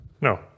no